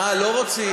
אה, לא רוצים.